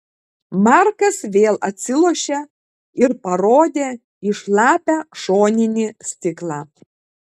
markas vėl atsilošė ir parodė į šlapią šoninį stiklą